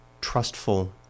trustful